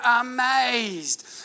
amazed